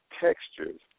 textures